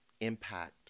impact